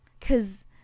Cause